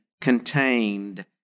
contained